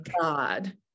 God